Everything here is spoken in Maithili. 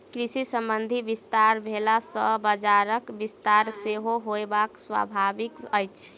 कृषि संबंधी विस्तार भेला सॅ बजारक विस्तार सेहो होयब स्वाभाविक अछि